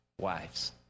wives